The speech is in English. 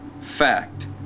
fact